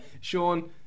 Sean